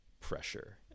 pressure